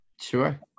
Sure